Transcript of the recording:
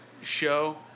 show